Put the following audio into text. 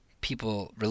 people